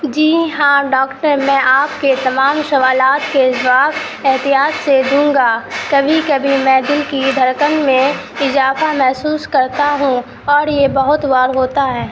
جی ہاں ڈاکٹر میں آپ کے تمام سوالات کے جواب احتیاط سے دوں گا کبھی کبھی میں دل کی دھڑکن میں اضافہ محسوس کرتا ہوں اور یہ بہت بار ہوتا ہے